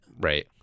right